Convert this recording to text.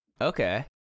okay